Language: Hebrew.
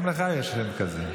גם לך יש שם כזה.